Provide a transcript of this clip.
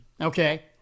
Okay